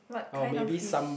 what kind of fish